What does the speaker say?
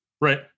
Right